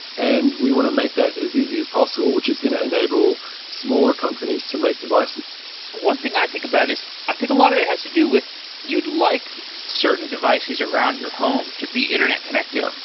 and we want to make that as easy as possible, which is going to enable smaller companies to make devices one thing i think about is i think a lot of it has to do with you'd like certain devices around your home to be internet connected,